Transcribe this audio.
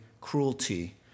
cruelty